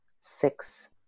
six